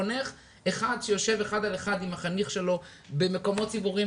חונך שיושב אחד על אחד עם החניך שלו במקומות ציבוריים,